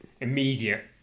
immediate